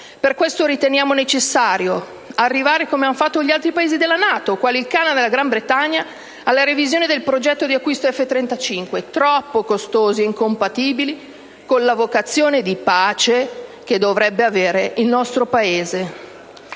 Per questo riteniamo necessario arrivare - come hanno fatto gli altri Paesi della NATO, quali il Canada e la Gran Bretagna - alla revisione del programma di acquisto relativo agli F-35, troppo costosi e incompatibili con la vocazione di pace che dovrebbe avere il nostro Paese.